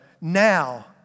Now